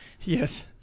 Yes